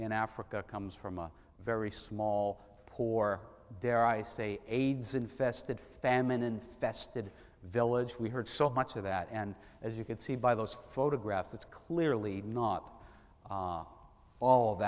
in africa comes from a very small poor dare i say aids infested famine infested village we heard so much of that and as you can see by those photographs it's clearly not all of